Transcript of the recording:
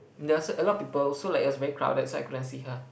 um there's a lot people so like is very crowded so I couldn't see her